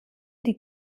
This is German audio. die